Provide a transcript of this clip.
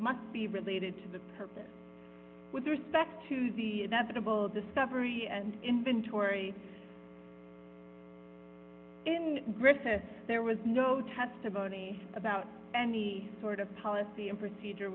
must be related to the purpose with respect to the double discovery and inventory in recess there was no testimony about any sort of policy and procedure